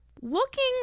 looking